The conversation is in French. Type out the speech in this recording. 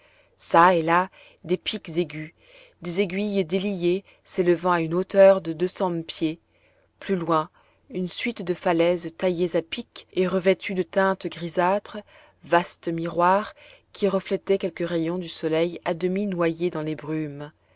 çà et là des pics aigus des aiguilles déliées s'élevant à une hauteur de deux cents pieds plus loin une suite de falaises taillées à pic et revêtues de teintes grisâtres vastes miroirs qui reflétaient quelques rayons de soleil à demi noyés dans les brumes